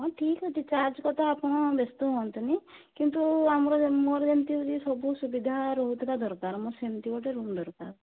ହଁ ଠିକ୍ ଅଛି ଚାର୍ଜ୍ କଥା ଆପଣ ବ୍ୟସ୍ଥ ହୁଅନ୍ତୁନି କିନ୍ତୁ ଆମର ଯେ ମୋର ଯେମିତି ହେଉଛି ସବୁ ସୁବିଧା ହେଉଥିବା ଦରକାର ମୋର ସେମିତି ଗୋଟିଏ ରୁମ୍ ଦରକାର